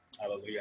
Hallelujah